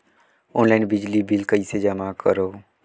Online बिजली bill कइसे जमा करव?